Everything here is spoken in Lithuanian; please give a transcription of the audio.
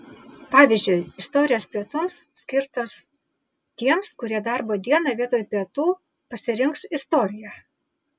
pavyzdžiui istorijos pietums skirtos tiems kurie darbo dieną vietoj pietų pasirinks istoriją